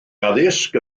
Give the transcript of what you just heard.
addysg